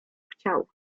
chciał